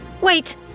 Wait